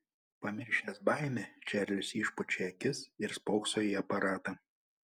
pamiršęs baimę čarlis išpučia akis ir spokso į aparatą